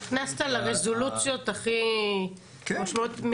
נכנסת לרזולוציות הכי משמעותיות,